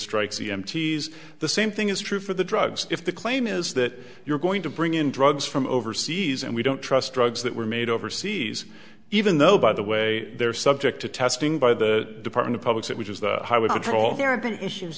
strikes the mts the same thing is true for the drugs if the claim is that you're going to bring in drugs from overseas and we don't trust drugs that were made overseas even though by the way they're subject to testing by the department of public that which is the highway patrol